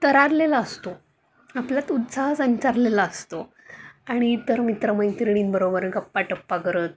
तरारलेला असतो आपल्यात उत्साह संचारलेला असतो आणि इतर मित्रमैत्रिणींबरोबर गप्पा टप्पा करत